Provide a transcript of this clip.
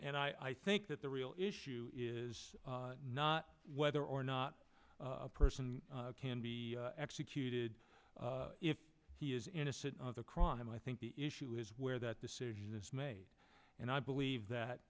and i think that the real issue is not whether or not a person can be executed if he is innocent of the crime i think the issue is where that decision is made and i believe that